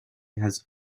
has